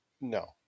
no